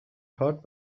part